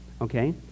okay